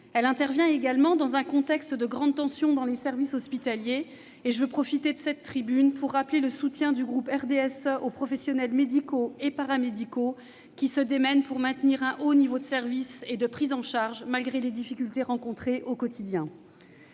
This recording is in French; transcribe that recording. à court et à moyen termes, mais également dans les services hospitaliers. Je veux, à ce sujet, profiter de cette tribune pour rappeler le soutien du groupe du RDSE aux professionnels médicaux et paramédicaux, qui se démènent pour maintenir un haut niveau de service et de prise en charge malgré les difficultés rencontrées au quotidien.